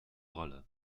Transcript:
rolle